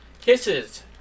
Kisses